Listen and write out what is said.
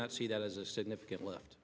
not see that as a significant lift